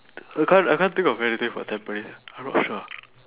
I can't I can't think of anything for tampines I'm not sure